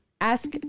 Ask